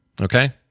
Okay